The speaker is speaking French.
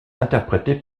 interprété